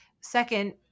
Second